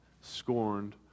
scorned